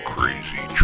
Crazy